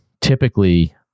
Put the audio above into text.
typically